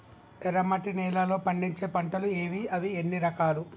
ఎర్రమట్టి నేలలో పండించే పంటలు ఏవి? అవి ఎన్ని రకాలు?